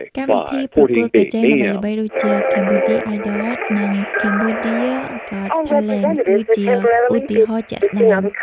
កម្មវិធីប្រកួតប្រជែងល្បីៗដូចជា Cambodia Idol និង Cambodia's Got Talent គឺជាឧទាហរណ៍ជាក់ស្តែង។